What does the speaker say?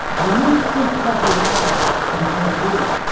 when we speak something out, they take root,